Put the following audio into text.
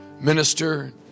minister